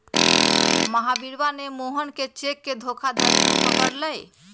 महावीरवा ने मोहन के चेक के धोखाधड़ी में पकड़ लय